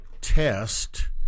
test